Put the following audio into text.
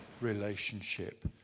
relationship